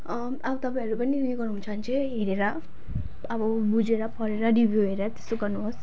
अब तपाईँहरू पनि उयो गर्नु हुन्छ भने चाहिँ हेरेर अब बुझेर पढेर रिभ्यु हेरेर त्यस्तो गर्नु होस्